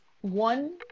one